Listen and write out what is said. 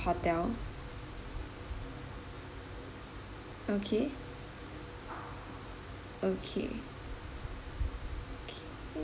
hotel okay okay okay